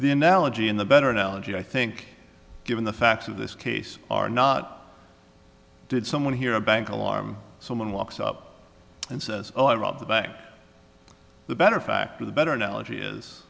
the analogy in the better analogy i think given the facts of this case are not did someone here a bank alarm someone walks up and says oh i robbed the bank the better factor the better analogy is